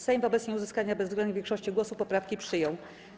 Sejm wobec nieuzyskania bezwzględnej większości głosów poprawki przyjął.